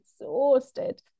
exhausted